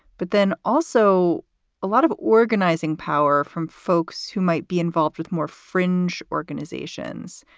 but then also a lot of organizing power from folks who might be involved with more fringe organizations.